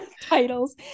titles